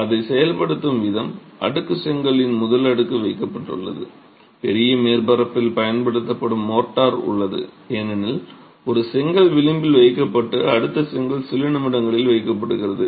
அதை செயல்படுத்தும் விதம் அடுக்கு செங்கல்லின் முதல் அடுக்கு வைக்கப்பட்டுள்ளது பெரிய மேற்பரப்பில் பயன்படுத்தப்படும் மோர்ட்டார் உள்ளது ஏனெனில் ஒரு செங்கல் விளிம்பில் வைக்கப்பட்டு அடுத்த செங்கல் சில நிமிடங்களில் வைக்கப்படுகிறது